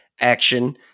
action